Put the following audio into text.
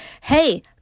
hey